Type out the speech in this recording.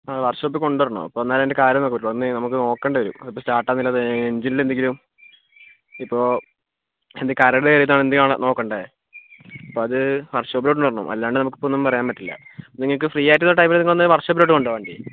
വർഷോപ്പിൽ കൊണ്ട് വരണം എന്നാലെ അതിൻ്റെ കാര്യങ്ങൾ നോക്കാൻ പറ്റുള്ളൂ എന്തായാലും നമുക്ക് നോക്കേണ്ടി വരും അപ്പോൾ സ്റ്റാർട്ടാവുന്നില്ലേ എൻജിൻൽ എന്തെങ്കിലും ഇപ്പോൾ കരട് കയറിയിട്ടോ എന്താന്ന് നോക്കണ്ടേ അപ്പോൾ അത് വർഷോപ്പിൽ കൊണ്ട് വരണം അല്ലാതെ ഇപ്പോൾ ഒന്നും പറയാൻ പറ്റില്ല നിങ്ങൾക്ക് ഫ്രീയായിട്ടുള്ള സമയം കിട്ടുമ്പോൾ വർഷോപ്പിലോട്ട് കൊണ്ട് വാ വണ്ടി